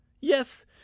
Yes